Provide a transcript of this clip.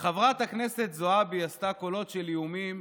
כשחברת הכנסת זועבי עשתה קולות של איומים,